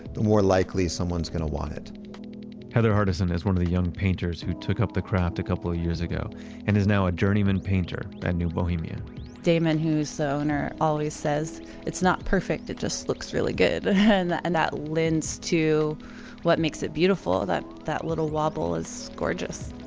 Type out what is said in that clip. the more likely someone's going to want it heather hardison is one of the young painters who took up the craft a couple of years ago and is now a journeyman painter at new bohemia damon, who's the owner, always says it's not perfect, it just looks really good and and that lends to what makes it beautiful. that that little wobble is gorgeous